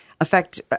affect